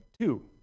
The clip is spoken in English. two